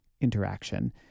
interaction